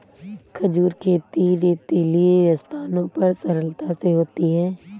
खजूर खेती रेतीली स्थानों पर सरलता से होती है